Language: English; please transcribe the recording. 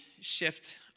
shift